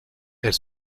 elle